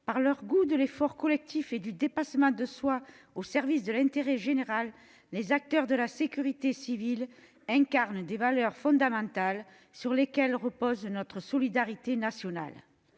par leur goût de l'effort collectif et du dépassement de soi au service de l'intérêt général, les acteurs de la sécurité civile incarnent des valeurs fondamentales sur lesquelles repose notre solidarité nationale.